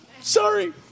Sorry